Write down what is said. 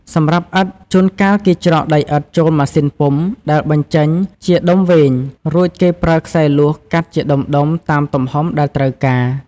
សម្រាប់ឥដ្ឋ ជួនកាលគេច្រកដីឥដ្ឋចូលម៉ាស៊ីនពុម្ពដែលបញ្ចេញជាដុំវែង រួចគេប្រើខ្សែលួសកាត់ជាដុំៗតាមទំហំដែលត្រូវការ។